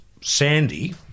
Sandy